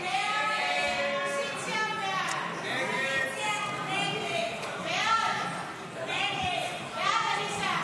45 בעד, 52 נגד, גם ההסתייגות הזאת לא התקבלה.